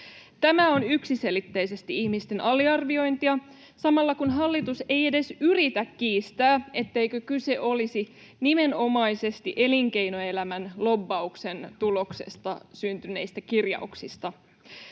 Tämä on yksiselitteisesti ihmisten aliarviointia samalla, kun hallitus ei edes yritä kiistää, etteikö kyse olisi nimenomaisesti elinkeinoelämän lobbauksen tuloksena syntyneistä kirjauksista.